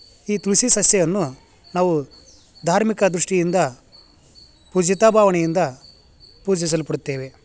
ಈ ತುಳಸಿ ಸಸ್ಯವನ್ನು ನಾವು ಧಾರ್ಮಿಕ ದೃಷ್ಟಿಯಿಂದ ಪೂಜ್ಯತಾ ಭಾವನೆಯಿಂದ ಪೂಜಿಸಲ್ಪಡ್ತೇವೆ